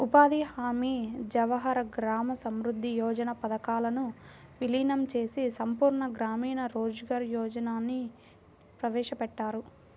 ఉపాధి హామీ, జవహర్ గ్రామ సమృద్ధి యోజన పథకాలను వీలీనం చేసి సంపూర్ణ గ్రామీణ రోజ్గార్ యోజనని ప్రవేశపెట్టారు